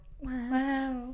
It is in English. wow